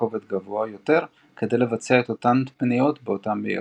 כובד גבוה יותר כדי לבצע את אותה פנייה באותה מהירות.